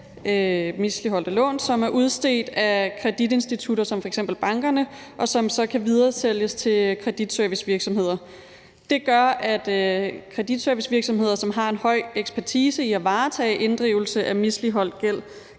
misligholdte lån, som er udstedt af kreditinstitutter som f.eks. bankerne, og som så kan videresælges til kreditservicevirksomheder. Det gør, at kreditservicevirksomheder, som har en høj ekspertise i at varetage inddrivelse af misligholdt gæld,